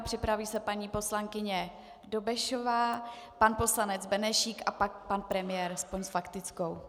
Připraví se paní poslankyně Dobešová, pan poslanec Benešík a pak pan premiér aspoň s faktickou.